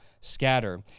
scatter